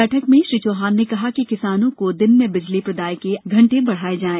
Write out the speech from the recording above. बैठक में श्री चौहान ने कहा कि किसानों को दिन में बिजली प्रदाय के घंटे बढ़ाये जाए